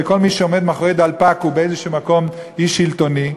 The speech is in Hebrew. וכל מי שעומד מאחורי דלפק הוא באיזשהו מקום איש שלטוני,